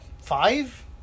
five